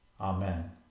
Amen